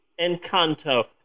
Encanto